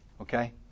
Okay